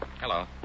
Hello